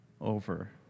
over